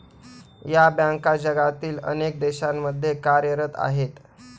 या बँका जगातील अनेक देशांमध्ये कार्यरत आहेत